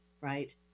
right